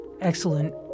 excellent